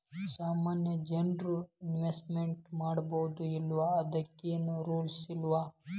ಸಾಮಾನ್ಯ ಜನ್ರು ಇನ್ವೆಸ್ಟ್ಮೆಂಟ್ ಮಾಡ್ಬೊದೋ ಇಲ್ಲಾ ಅದಕ್ಕೇನ್ ರೂಲ್ಸವ?